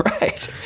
Right